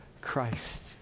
Christ